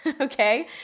Okay